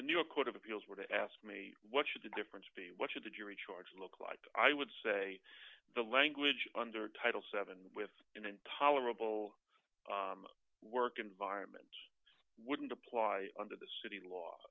the new york court of appeals were to ask me what should the difference be what should the jury charge look like i would say the language under title seven with intolerable work environment wouldn't apply under the city law